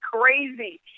crazy